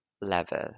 level